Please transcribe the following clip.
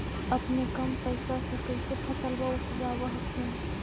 अपने कम पैसा से कैसे फसलबा उपजाब हखिन?